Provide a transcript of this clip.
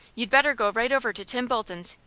you'd better go right over to tim bolton's.